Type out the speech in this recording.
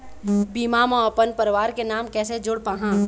बीमा म अपन परवार के नाम कैसे जोड़ पाहां?